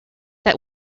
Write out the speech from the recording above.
that